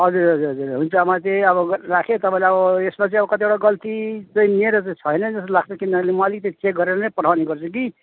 हजुर हजुर हजुर हुन्छ म चाहिँ अब राखे तपाइँलाई अब यसमा चाहिँ कतिवटा गल्ति चाहिँ मेरो चाहिँ छैन जस्तो लाग्छ किनभने म अलिकति चेक् गरेरै पठाउने गर्छु कि